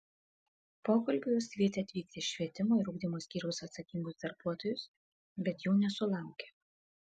pokalbiui jos kvietė atvykti švietimo ir ugdymo skyriaus atsakingus darbuotojus bet jų nesulaukė